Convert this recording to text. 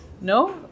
No